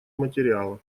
материала